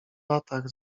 latach